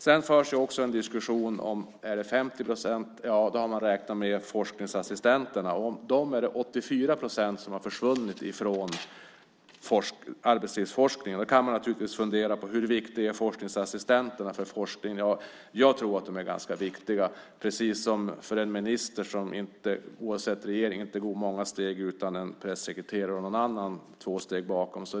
Sedan har man sagt att om man anger siffran 50 procent har man räknat in forskningsassistenterna. Av dem är det 84 procent som har försvunnit från arbetslivsforskningen. Man kan naturligtvis fundera på hur viktiga forskningsassistenterna är för forskningen. Jag tror att de är ganska viktiga, precis som pressekreterare och andra medhjälpare är för en minister.